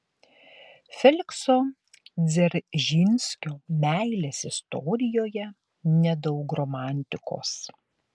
felikso dzeržinskio meilės istorijoje nedaug romantikos